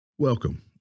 Welcome